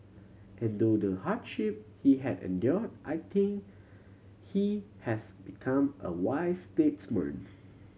and though the hardship he had endure I think he has become a wise statesman